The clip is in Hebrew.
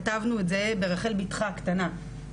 כתבנו את זה ברחל בתך הקטנה.